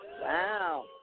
Wow